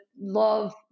love